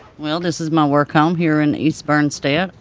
well this is my work home here in east bernstein.